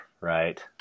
right